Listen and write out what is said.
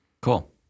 Cool